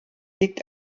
liegt